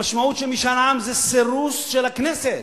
המשמעות של משאל עם זה סירוס של הכנסת.